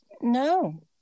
No